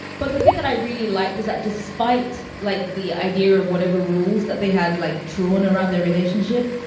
but the thing that i really like was that despite like the idea of whatever rules that they had, like drawn around their relationship,